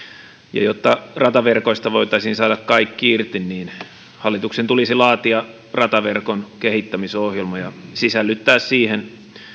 ja jotta rataverkosta voitaisiin saada kaikki irti niin hallituksen tulisi laatia rataverkon kehittämisohjelma ja sisällyttää siihen